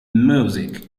music